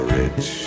rich